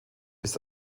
ist